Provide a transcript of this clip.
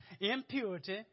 impurity